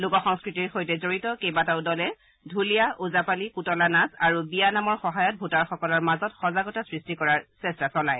লোকসংস্কৃতিৰ সৈতে জড়িত কেইবাটাও দলে ঢুলীয়া ওজাপালি পুতলা নাচ বিয়া নামৰ সহায়ত ভোটাৰসকলৰ মাজত সজাগতা সৃষ্টি কৰাৰ চেষ্টা চলায়